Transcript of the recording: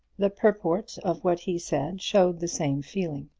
the purport of what he said showed the same feeling.